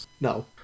No